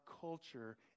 culture